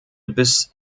bis